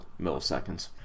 milliseconds